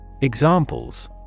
Examples